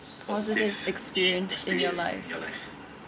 positive experience in your life